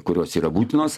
kurios yra būtinos